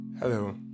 Hello